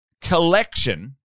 collection